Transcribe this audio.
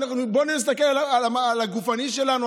בואו נסתכל על הגופני שלנו,